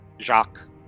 Jacques